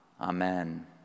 Amen